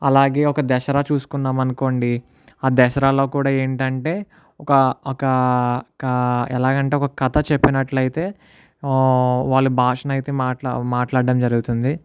అలాగే ఒక దసరా చూసుకున్నాం అనుకోండి ఆ దసరాలో కూడా ఏంటంటే ఒక ఒక ఒక ఎలాగంటే ఒక కథ చెప్పినట్లయితే వాళ్ళు భాషను అయితే మాట్లా మాట్లాడటం జరుగుతుంది